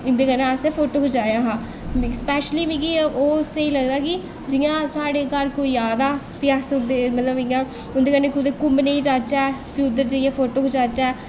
उं'दे कन्नै असें फोटो खचाया हा स्पैशली मिगी ओह् स्हेई लगदा कि जि'यां साढ़े घर कोई आदा फ्ही असें उं'दे कन्नै कुतै घूमने गी जाचै फ्ही उद्धर जाइयै फोटो खचाचै